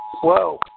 Whoa